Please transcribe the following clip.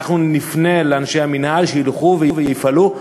אנחנו נפנה לאנשי המינהל שידווחו ויפעלו.